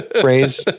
phrase